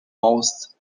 most